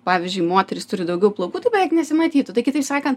pavyzdžiui moteris turi daugiau plaukų tai beveik nesimatytų tai kitaip sakan